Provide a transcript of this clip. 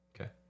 Okay